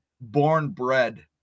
born-bred